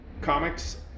Comics